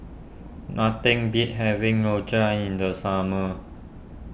nothing beats having Rojak in the summer